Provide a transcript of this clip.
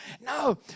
No